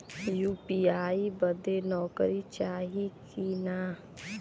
UPI बदे नौकरी चाही की ना?